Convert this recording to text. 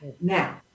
Now